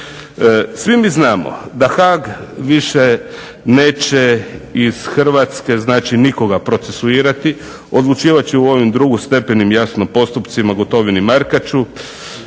Svi mi znamo da Haag više neće iz Hrvatske znači nikoga procesuirati. Odlučivat će u ovim drugostupanjskim jasno postupcima Gotovini i Markaču,